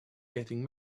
getting